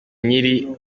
nyiri